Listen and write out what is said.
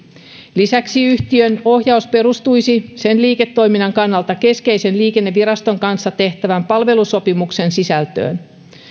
lisäksi yhtiön ohjaus perustuisi sen liiketoiminnan kannalta keskeisen liikenneviraston kanssa tehtävään palvelusopimuksen sisältöön